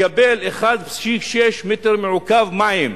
מקבל 1.6 מטר מעוקב מים,